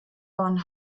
waren